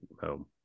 home